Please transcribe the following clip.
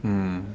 mm